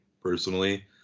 personally